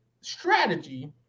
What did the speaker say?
strategy